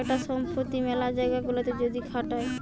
একটা সম্পত্তি মেলা জায়গা গুলাতে যদি খাটায়